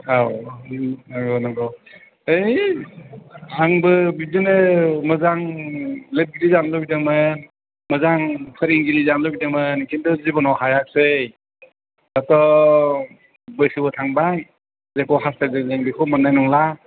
औ औ औ नंगौ है आंबो बिदिनो मोजां लिरगिरि जानो लुबैदोंमोन मोजां फोरोंगिरि जानो लुबैदोंमोन खिन्थु जिबनाव हायासै दाथ' बैसोबो थांबाय जेखौ हास्थायदों जों बेखौ मोननाय नंला